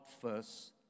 first